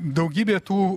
daugybė tų